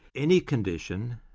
any condition,